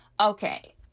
Okay